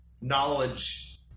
knowledge